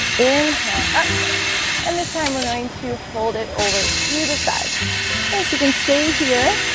inhale up and this time we're going to hold it over to the side as you can stay here